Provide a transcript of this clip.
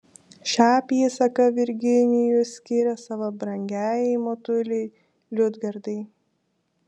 šią apysaką virginijus skiria savo brangiajai motulei liudgardai